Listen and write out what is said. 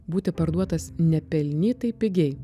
būti parduotas nepelnytai pigiai